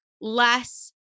less